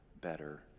better